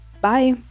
bye